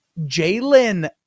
Jalen